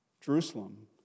Jerusalem